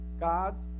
God's